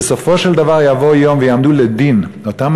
בסופו של דבר יבוא יום ויעמדו לדין אותם